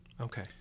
Okay